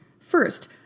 First